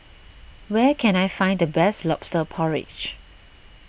where can I find the best Lobster Porridge